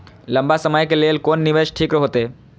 लंबा समय के लेल कोन निवेश ठीक होते?